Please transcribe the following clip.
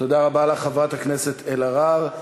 תודה רבה לחברת הכנסת אלהרר.